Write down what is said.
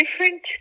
different